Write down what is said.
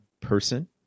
person